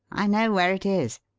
i know where it is!